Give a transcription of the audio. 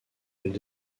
elles